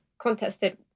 contested